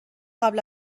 قبل